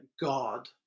god